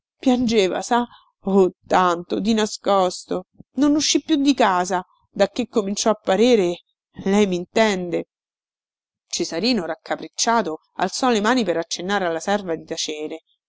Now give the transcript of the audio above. piangeva sa oh tanto di nascosto non uscì più di casa dacché cominciò a parere lei mintende cesarino raccapricciato alzò le mani per accennare alla serva di tacere